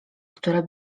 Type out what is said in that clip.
które